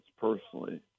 personally